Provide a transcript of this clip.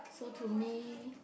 so to me